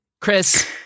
chris